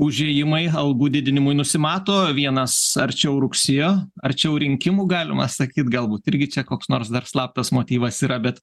užėjimai algų didinimui nusimato vienas arčiau rugsėjo arčiau rinkimų galima sakyt galbūt irgi čia koks nors dar slaptas motyvas yra bet